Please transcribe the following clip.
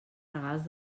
regals